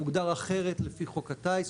זה מוגדר אחרת לפי חוק הטייס,